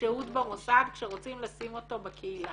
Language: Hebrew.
לשהות במוסד כשרוצים לשים אותו בקהילה.